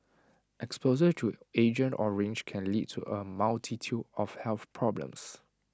exposure to agent orange can lead to A multitude of health problems